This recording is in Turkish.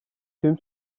tüm